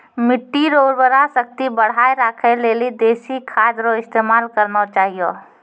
मिट्टी रो उर्वरा शक्ति बढ़ाएं राखै लेली देशी खाद रो इस्तेमाल करना चाहियो